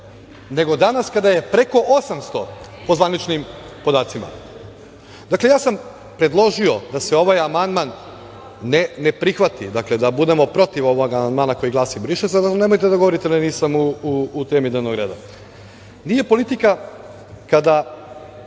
nego danas, kada je preko 800, po zvaničnim podacima. Ja sam predložio da se ovaj amandman ne prihvati, da budemo protiv ovog amandmana koji glasi - briše se. Nemojte da govorite da nisam u temi dnevnog reda. Nije politika kada